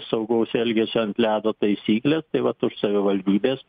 saugaus elgesio ant ledo taisykles tai vat už savivaldybės